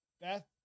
Beth